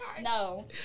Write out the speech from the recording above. No